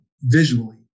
visually